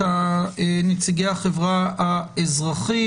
נציגי החברה האזרחית: